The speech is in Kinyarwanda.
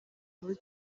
muri